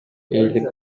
ээлик